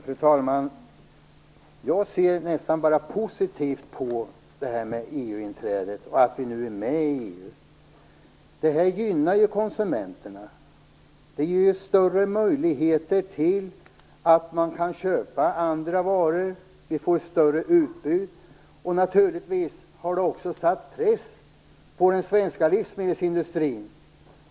Fru talman! Jag ser nästan bara positivt på att vi nu är med i EU. Det gynnar ju konsumenterna. Det ger större möjligheter att köpa andra varor, utbudet blir större. Naturligtvis har EU-medlemskapet också satt press på den svenska livsmedelsindustrin.